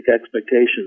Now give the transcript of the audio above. expectations